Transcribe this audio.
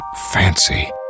fancy